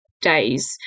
days